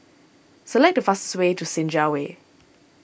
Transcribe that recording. select the fastest way to Senja Way